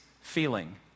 feeling